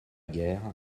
guerre